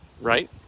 right